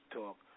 talk